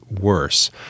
worse